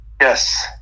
Yes